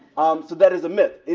so that is a myth.